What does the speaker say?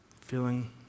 Feeling